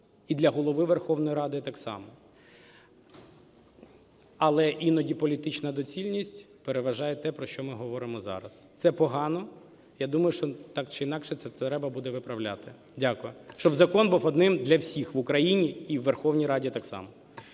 і для Голови Верховної Ради так само. Але іноді політична доцільність переважає те, про що ми говоримо зараз. Це погано, я думаю, що так чи інакше це треба буде виправляти. Дякую. Щоб закон був одним для всіх в Україні і у Верховній Раді так само.